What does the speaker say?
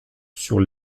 sur